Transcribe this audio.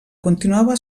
continuava